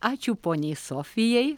ačiū poniai sofijai